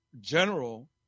general